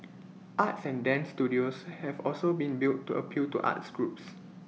arts and dance studios have also been built to appeal to arts groups